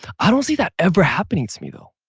i don't see that ever happening to me though.